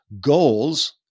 goals